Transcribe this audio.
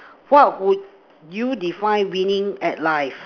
what would you define winning at life